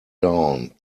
down